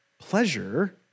pleasure